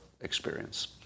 experience